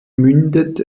mündet